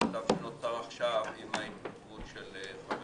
במצב שנוצר עכשיו, עם ההתפטרות של חבר